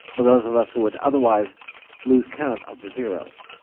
for those of us who would otherwise lose count of the zeroes.